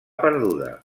perduda